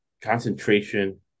concentration